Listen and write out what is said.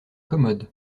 commode